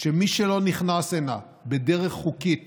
שמי שלא נכנס הנה בדרך חוקית